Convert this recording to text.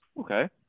Okay